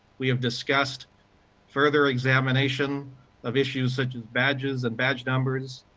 we have discussed further examination of issues, such as badges and badge numbers,